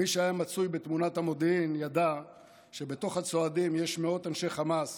מי שהיה מצוי בתמונת המודיעין ידע שבתוך הצועדים יש מאות אנשי חמאס